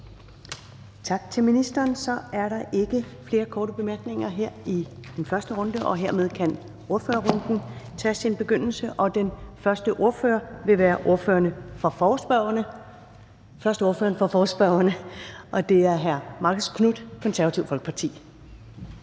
Tak til ministeren. Så er der ikke flere korte bemærkninger her i den første runde, og hermed kan ordførerrunden tage sin begyndelse. Den første ordfører vil være ordføreren for forespørgerne, og det er hr. Marcus Knuth, Det Konservative Folkeparti.